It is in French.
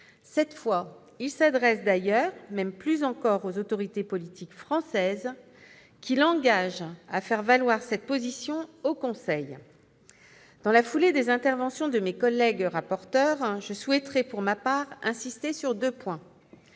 Cette fois, il s'adresse plus encore aux autorités politiques françaises afin qu'elles fassent valoir cette position au Conseil. Dans la foulée des interventions de mes collègues rapporteurs, je souhaite, pour ma part, insister sur deux points.